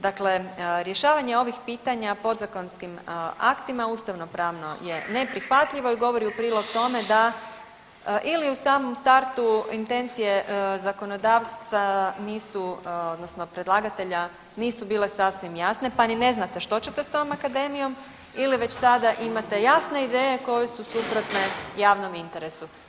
Dakle, rješavanje ovih pitanja podzakonskim aktima ustavnopravno je neprihvatljivo i govori u prilog tome da ili u samom startu intencije zakonodavca nisu odnosno predlagatelja nisu bile sasvim jasne pa ni ne znate što ćete s tom akademijom ili već sada imate jasne ideje koje su suprotne javnom interesu.